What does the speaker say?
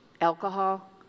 alcohol